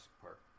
Park